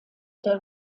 der